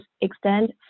extend